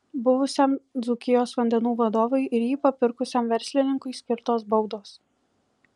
buvusiam dzūkijos vandenų vadovui ir jį papirkusiam verslininkui skirtos baudos